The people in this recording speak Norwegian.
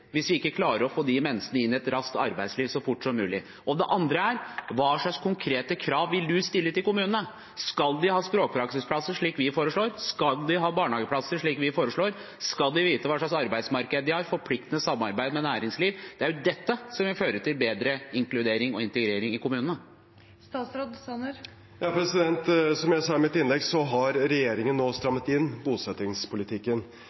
hvis vi ikke klarer å få de menneskene inn i arbeidslivet så fort som mulig. Det andre spørsmålet er: Hva slags konkrete krav vil statsråden stille til kommunene? Skal de ha språkpraksisplass, slik vi foreslår? Skal de ha barnehageplass, slik vi foreslår? Skal de vite hva slags arbeidsmarked de har – et forpliktende samarbeid med næringslivet? Det er jo dette som vil føre til bedre inkludering og integrering i kommunene. Som jeg sa i mitt innlegg, har regjeringen nå